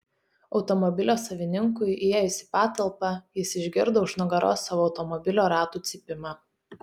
automobilio savininkui įėjus į patalpą jis išgirdo už nugaros savo automobilio ratų cypimą